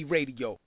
Radio